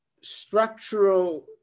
structural